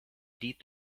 deep